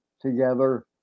together